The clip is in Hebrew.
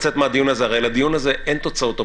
הרי לדיון הזה אין תוצאות אופרטיביות,